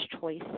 choice